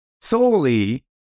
solely